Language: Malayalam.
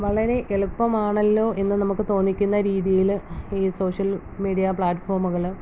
വളരെ എളുപ്പമാണല്ലോ എന്ന് നമുക്ക് തോന്നിക്കുന്ന രീതിയില് ഈ സോഷ്യൽ മീഡിയ പ്ലാറ്റ്ഫോമുകള്